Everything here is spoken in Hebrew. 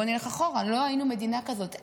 בוא נלך אחורה, לא היינו מדינה כזאת.